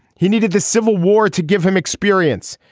he needed the civil war to give him experience.